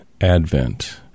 Advent